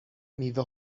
میوه